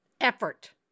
effort